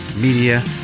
Media